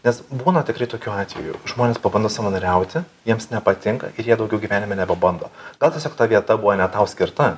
nes būna tikrai tokių atvejų žmonės pabando savanoriauti jiems nepatinka ir jie daugiau gyvenime nepabando gal tiesiog ta vieta buvo ne tau skirta